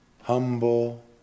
Humble